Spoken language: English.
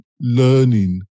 learning